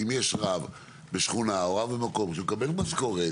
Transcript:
אם יש רב בשכונה או רב המקום שמקבל משכורת